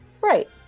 right